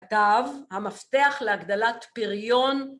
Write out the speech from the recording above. כתב המפתח להגדלת פריון